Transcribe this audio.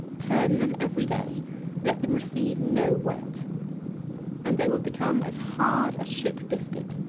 turn them every day let them receive no wet and they will become as hard as ship biscuit.